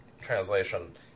translation